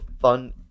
fun